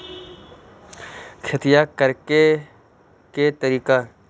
खेतिया करेके के तारिका?